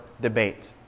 debate